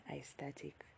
aesthetic